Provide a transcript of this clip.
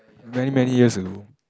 many many years ago